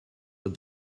but